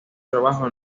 trabajo